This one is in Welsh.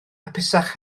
hapusach